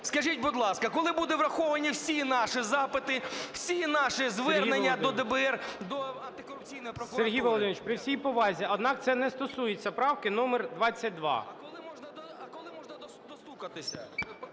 Скажіть, будь ласка, коли будуть враховані всі наші запити, всі наші звернення до ДБР, до антикорупційної прокуратури? ГОЛОВУЮЧИЙ. Сергій Володимирович, при всій повазі, однак це не стосується правки номер 22. ШАХОВ С.В. А коли можна достукатися…?